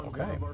Okay